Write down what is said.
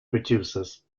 producers